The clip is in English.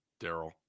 Daryl